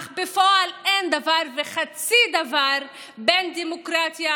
אך בפועל אין דבר וחצי דבר בין דמוקרטיה